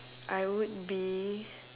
I would be